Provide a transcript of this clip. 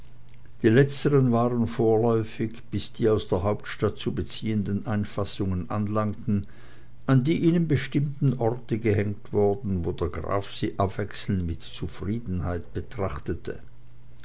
die letzteren waren vorläufig bis die aus der hauptstadt zu beziehenden einfassungen anlangten an die ihnen bestimmten orte gehängt worden wo der graf sie abwechselnd mit zufriedenheit betrachtete